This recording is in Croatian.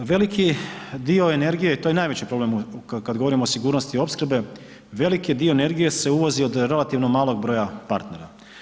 Veliki dio energije i to je najveći problem kad govorimo o sigurnosti opskrbe, veliki dio energije se uvozi od relativno malog broja partnera.